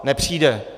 Nepřijde!